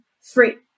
free